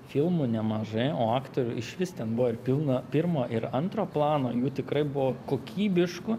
filmų nemažai o aktorių išvis ten buvo pilno pirmo ir antro plano jų tikrai buvo kokybiškų